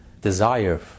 desire